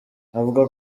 avuga